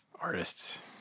artists